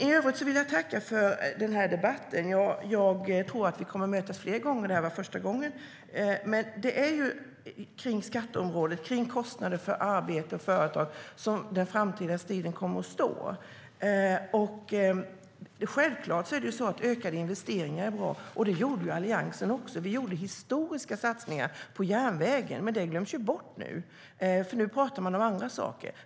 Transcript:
I övrigt tackar jag för debatten. Jag tror att vi kommer att mötas igen efter denna första gång. Det är ju på skatteområdet, kring kostnader för arbete och företag, som den framtida striden kommer att stå. Självklart är ökade investeringar bra. Alliansen gjorde historiska satsningar på järnvägen. Det har dock glömts bort eftersom man nu talar om andra saker.